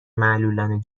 معلولان